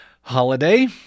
holiday